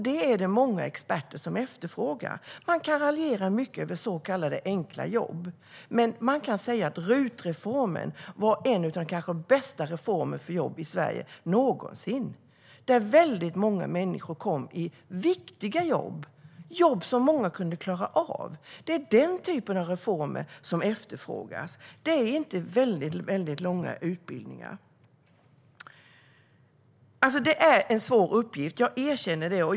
Det är det många experter som efterfrågar. Man kan raljera mycket över så kallade enkla jobb, men RUT-reformen var kanske en av de bästa reformerna för jobb i Sverige någonsin. Det var väldigt många människor som kom i viktiga jobb - jobb som många kunde klara av. Det är den typen av reformer som efterfrågas. Det är inte väldigt långa utbildningar. Det är en svår uppgift. Jag erkänner det.